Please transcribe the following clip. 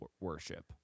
worship